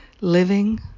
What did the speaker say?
living